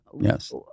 Yes